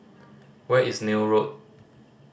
where is Neil Road